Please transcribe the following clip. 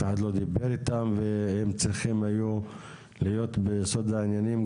אחד לא דיבר איתם והם צריכים היו להיות בסוד העניינים,